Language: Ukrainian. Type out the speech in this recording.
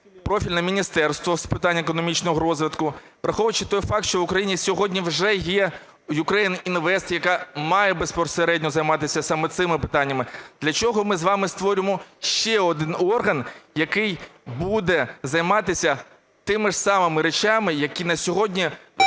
профільне Міністерство з питань економічного розвитку, враховуючи той факт, що в Україні сьогодні вже є Ukraine Invest, яка має безпосередньо займатися саме цими питаннями? Для чого ми з вами створюємо ще один орган, який буде займатися тими ж самими речами, якими вже